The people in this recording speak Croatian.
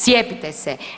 Cijepite se.